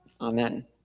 Amen